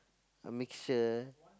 I make sure